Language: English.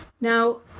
Now